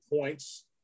points